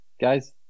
guys